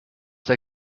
der